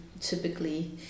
typically